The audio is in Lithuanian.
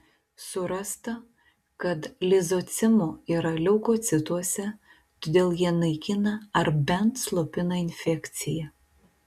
surasta kad lizocimo yra leukocituose todėl jie naikina ar bent slopina infekciją